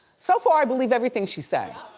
so far, i believe everything she's saying.